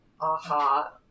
aha